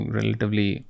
relatively